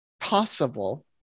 possible